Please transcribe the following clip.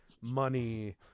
money